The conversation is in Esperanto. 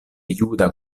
juda